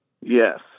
Yes